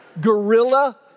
Gorilla